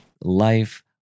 Life